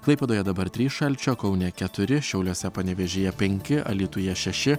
klaipėdoje dabar trys šalčio kaune keturi šiauliuose panevėžyje penki alytuje šeši